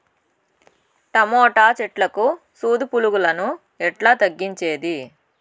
Tomato చెట్లకు సూది పులుగులను ఎట్లా తగ్గించేది?